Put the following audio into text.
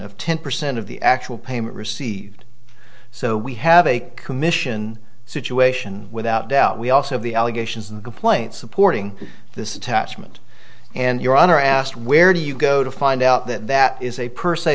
of ten percent of the actual payment received so we have a commission situation without doubt we also the allegations in the complaint supporting this attachment and your honor asked where do you go to find out that that is a per se